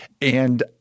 And-